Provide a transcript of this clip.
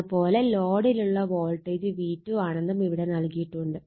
അത് പോലെ ലോഡിലുള്ള വോൾട്ടേജ് V2 ആണെന്നും ഇവിടെ നൽകിയിട്ടുണ്ട്